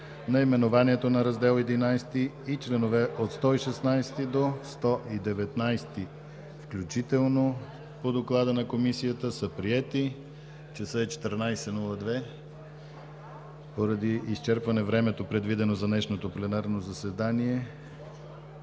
Наименованието на Раздел ХI и членове от 116 до 119 включително по доклада на Комисията са приети. Сега е 14,02 ч. Поради изчерпване на времето, предвидено за днешното пленарно заседание,